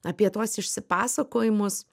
apie tuos išsipasakojimus